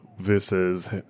Versus